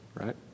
right